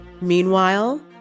Meanwhile